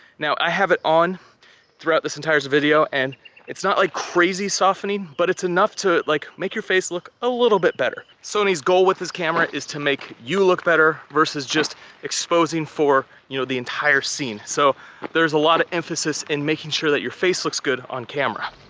now, i have it on throughout this entire video and it's not like crazy softening, but it's enough to like make your face look a little bit better. sony's goal with this camera is to make you look better versus just exposing for you know the entire scene. so there's a lot of emphasis in making sure that your face looks good on camera.